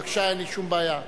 בבקשה, אין לי שום בעיה.